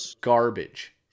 garbage